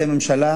זו ממשלה